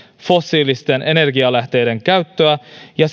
fossiilisten energialähteiden käyttöä ja